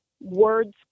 Words